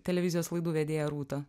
televizijos laidų vedėją rūtą